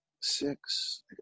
six